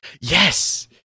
Yes